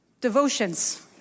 Devotions